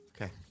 Okay